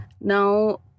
Now